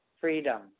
freedom